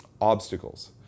obstacles